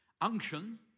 Unction